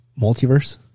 multiverse